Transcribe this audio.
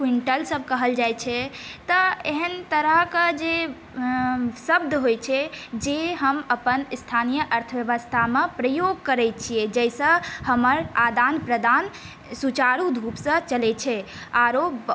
quintal सभ कहल जाइ छै तऽ एहन तरहके जे शब्द होइ छै जे हम अपन स्थानीय अर्थव्यवस्थामे प्रयोग करै छियै जाहिसँ हमर आदान प्रदान सुचारु रुपसँ चलै छै आरो